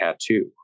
tattoo